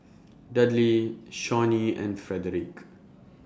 Dudley Shawnee and Frederic